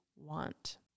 want